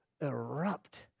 erupt